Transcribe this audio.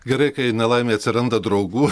gerai kai nelaimėj atsiranda draugų